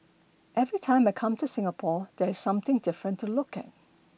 every time I come to Singapore there's something different to look at